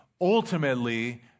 ultimately